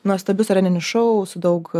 nuostabius areninius šou su daug